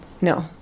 No